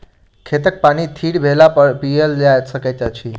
खेतक पानि थीर भेलापर पीयल जा सकैत अछि